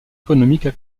économiques